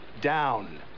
down